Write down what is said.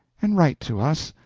and write to us,